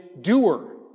doer